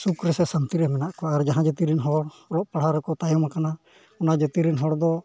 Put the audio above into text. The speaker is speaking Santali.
ᱥᱩᱠᱼᱨᱮ ᱥᱮ ᱥᱟᱹᱱᱛᱤᱨᱮ ᱢᱮᱱᱟᱜ ᱠᱚᱣᱟ ᱟᱨ ᱡᱟᱦᱟᱸ ᱡᱟᱹᱛᱤᱨᱮᱱ ᱦᱚᱲ ᱚᱞᱚᱜᱼᱯᱟᱲᱦᱟᱣ ᱨᱮᱠᱚ ᱛᱟᱭᱚᱢ ᱟᱠᱟᱱᱟ ᱚᱱᱟ ᱡᱟᱹᱛᱤᱨᱮᱱ ᱦᱚᱲ ᱫᱚ